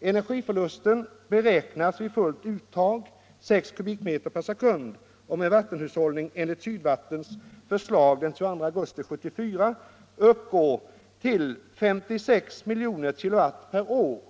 Energiförlusten beräknas vid fullt uttag av 6 m'/sek. och med vattenhushållning enligt Sydvattens förslag av den 22 augusti 1974 uppgå till 56 miljoner kilowatt per år.